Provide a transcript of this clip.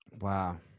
Wow